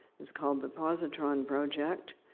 it's called the positron project.